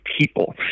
people